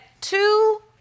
two